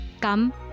Come